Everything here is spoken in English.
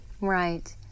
Right